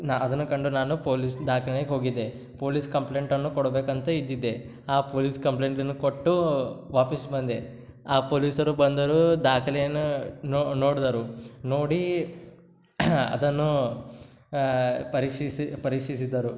ನಾ ಅದನ್ನು ಕಂಡು ನಾನು ಪೋಲಿಸ್ ದಾಕನೆಗೆ ಹೋಗಿದ್ದೆ ಪೋಲಿಸ್ ಕಂಪ್ಲೇಂಟನ್ನು ಕೊಡಬೇಕಂತ ಇದ್ದಿದ್ದೆ ಆ ಪೋಲಿಸ್ ಕಂಪ್ಲೇಟನ್ನು ಕೊಟ್ಟು ವಾಪಸ್ ಬಂದೆ ಆ ಪೋಲಿಸರು ಬಂದರು ದಾಖಲೆಯನ್ನೂ ನೋಡಿದರು ನೋಡಿ ಅದನ್ನೂ ಪರೀಕ್ಷಿಸಿ ಪರೀಕ್ಷಿಸಿದರು